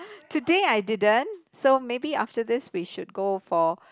today I didn't so maybe after this we should go for